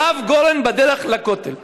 הרב גורן בדרך לכותל המערבי".